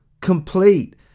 complete